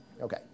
Okay